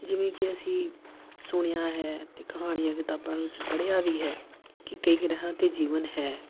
ਜਿਵੇਂ ਕਿ ਅਸੀਂ ਸੁਣਿਆ ਹੈ ਅਤੇ ਕਹਾਣੀਆਂ ਕਿਤਾਬਾਂ ਵਿੱਚ ਪੜ੍ਹਿਆ ਵੀ ਹੈ ਕਿ ਕਈ ਗ੍ਰਹਿਆਂ 'ਤੇ ਜੀਵਨ ਹੈ